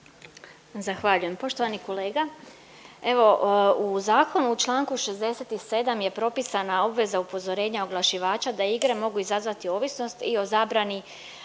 Zahvaljujem. Poštovani kolega, evo u zakonu u Članku 67. je propisana obveza upozorenja oglašivača da igre mogu izazvati ovisnost i o zabrani